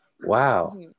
wow